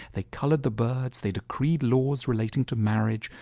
they colored the birds, they decreed laws relating to marriage,